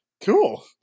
cool